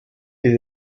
des